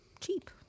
cheap